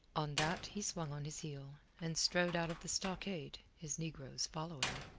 on that he swung on his heel, and strode out of the stockade, his negroes following.